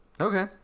okay